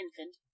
infant